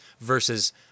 versus